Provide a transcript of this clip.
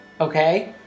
okay